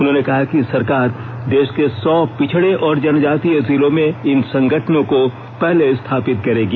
उन्होंने कहा कि सरकार देश के सौ पिछड़े और जनजातीय जिलों में इन संगठनों को पहले स्थापित करेगी